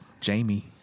Jamie